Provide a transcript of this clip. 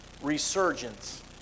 resurgence